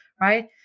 right